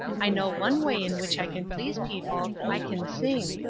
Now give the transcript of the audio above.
i know one way in which i can please people, i can sing.